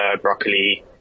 broccoli